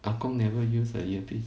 阿公 never use a earpiece